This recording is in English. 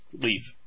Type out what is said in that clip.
leave